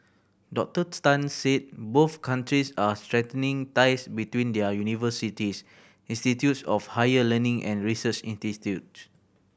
Doctor Tan said both countries are strengthening ties between their universities institutes of higher learning and research institutes